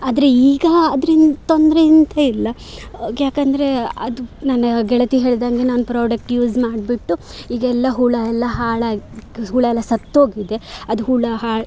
ಆದರೆ ಈಗ ಅದ್ರಿಂದ ತೊಂದರೆ ಎಂತ ಇಲ್ಲ ಯಾಕಂದರೆ ಅದು ನನ್ನ ಗೆಳತಿ ಹೇಳಿದಂಗೆ ನಾನು ಪ್ರೊಡಕ್ಟ್ ಯೂಸ್ ಮಾಡಿಬಿಟ್ಟು ಈಗೆಲ್ಲಾ ಹುಳು ಎಲ್ಲ ಹಾಳಾಗಿ ಹುಳೆಲ್ಲ ಸತ್ತೋಗಿದೆ ಅದು ಹುಳು ಹಾ